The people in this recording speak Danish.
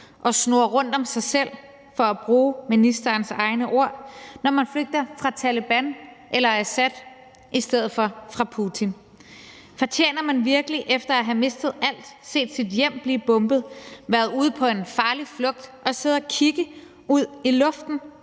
og snurre rundt om sig selv, for at bruge ministerens egne ord, når man flygter fra Taleban eller Assad i stedet for fra Putin? Fortjener man virkelig efter at have mistet alt, set sit hjem blive bombet, været ude på en farlig flugt at sidde og kigge ud i luften